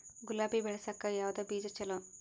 ಗುಲಾಬಿ ಬೆಳಸಕ್ಕ ಯಾವದ ಬೀಜಾ ಚಲೋ?